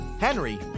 Henry